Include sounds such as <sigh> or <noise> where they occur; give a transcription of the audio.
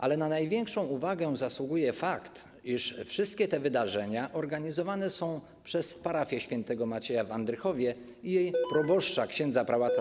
Ale na największą uwagę zasługuje fakt, iż wszystkie te wydarzenia organizowane są przez parafię św. Macieja w Andrychowie <noise> i jej proboszcza ks. prał.